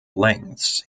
lengths